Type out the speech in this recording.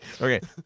Okay